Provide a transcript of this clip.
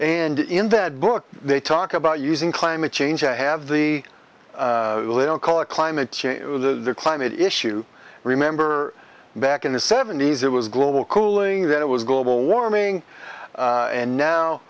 and in that book they talk about using climate change i have the really don't call it climate change the climate issue remember back in the seventies it was global cooling that it was global warming and now